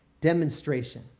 demonstration